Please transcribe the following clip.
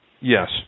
Yes